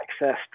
accessed